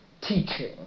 teaching